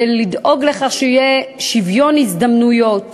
בלדאוג לכך שיהיה שוויון הזדמנויות